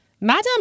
Madam